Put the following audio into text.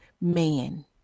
man